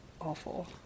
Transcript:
awful